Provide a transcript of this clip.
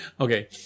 Okay